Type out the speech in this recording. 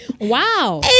Wow